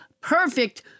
perfect